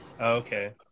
Okay